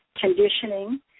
conditioning